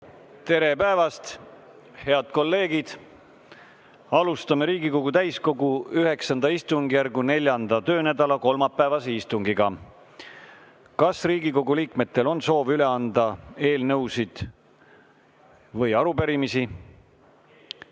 Tere päevast, head kolleegid! Alustame Riigikogu täiskogu IX istungjärgu 4. töönädala kolmapäevast istungit. Kas Riigikogu liikmetel on soovi üle anda eelnõusid või arupärimisi?